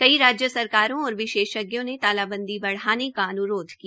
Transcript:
कई राज्य सरकारों और विशेषज्ञों ने तालाबंदी बढ़ाने का अन्रोध किया